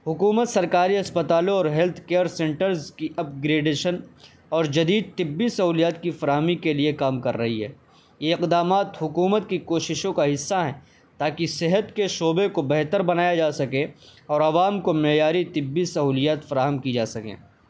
حکومت سرکاری اسپتالوں اور ہیلتھ کیئر سینٹرز کی اپگریڈیشن اور جدید طبی سہولیات کی فراہمی کے لیے کام کر رہی ہے یہ اقدامات حکومت کی کوششوں کا حصہ ہیں تاکہ صحت کے شعبے کو بہتر بنایا جا سکے اور عوام کو معیاری طبی سہولیات فراہم کی جا سکیں